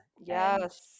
Yes